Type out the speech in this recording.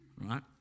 right